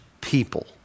people